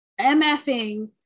MFing